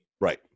Right